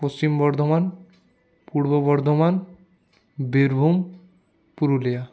পশ্চিম বর্ধমান পূর্ব বর্ধমান বীরভূম পুরুলিয়া